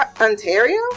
ontario